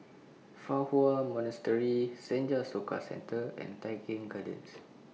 Fa Hua Monastery Senja Soka Centre and Tai Keng Gardens